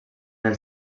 els